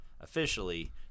officially